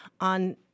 on